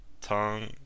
tongue